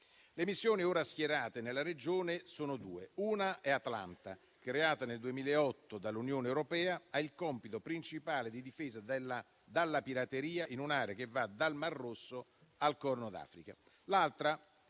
Le missioni ora schierate nella regione sono due. Una è Atalanta, creata nel 2008 dall'Unione europea, che ha il compito principale di difesa dalla pirateria in un'area che va dal mar Rosso al Corno d'Africa.